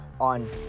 on